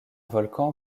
volcan